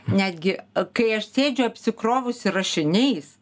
netgi kai aš sėdžiu apsikrovusi rašiniais